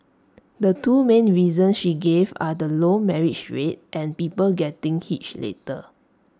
the two main reasons she gave are the low marriage rate and people getting hitched later